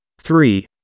three